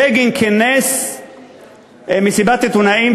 בגין כינס מסיבת עיתונאים,